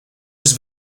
his